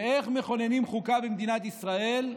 ואיך מכוננים חוקה במדינת ישראל?